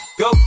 go